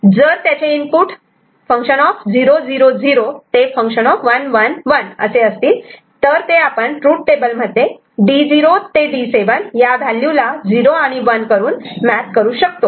जर त्याचे input F 0 0 0 ते F 1 1 1 असे असतील तर ते आपण ट्रूथ टेबल मध्ये D0 ते D7 या व्हॅल्यूला 0 आणि 1 करून मॅप करू शकतो